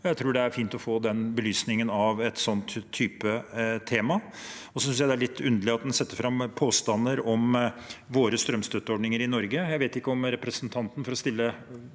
jeg tror det er fint å få belyst et slikt tema. Jeg synes det er litt underlig at en setter fram påstander om våre strømstøtteordninger i Norge. Jeg vet ikke om representanten, for å stille